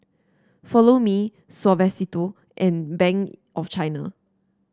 Follow Me Suavecito and Bank of China